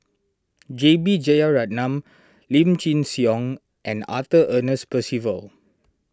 J B Jeyaretnam Lim Chin Siong and Arthur Ernest Percival